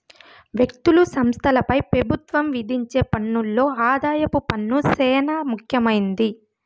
వ్యక్తులు, సంస్థలపై పెబుత్వం విధించే పన్నుల్లో ఆదాయపు పన్ను సేనా ముఖ్యమైంది